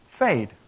Fade